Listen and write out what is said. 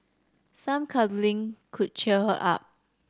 some cuddling could cheer her up